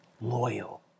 loyal